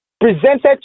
presented